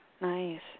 Nice